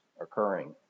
occurring